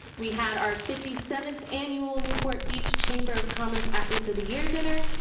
we had our fifty seventh annual newport beach chamber of commerce athletes of the year dinner.